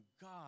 God